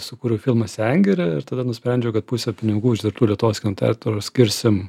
sukūriau filmą sengirė ir tada nusprendžiau kad pusę pinigų uždirbtų lietuvos kino teatrų skirsim